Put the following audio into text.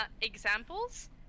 examples